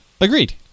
Agreed